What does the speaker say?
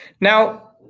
Now